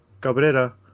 Cabrera